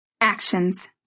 Actions